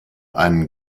einen